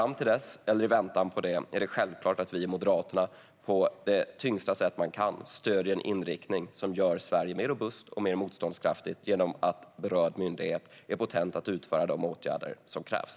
Men i väntan på detta är det självklart att vi i Moderaterna på tyngsta möjliga sätt stöder en inriktning som gör Sverige mer robust och motståndskraftigt genom att den berörda myndigheten är potent att utföra de åtgärder som krävs.